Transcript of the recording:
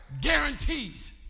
guarantees